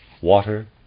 water